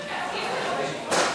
נתקבלו.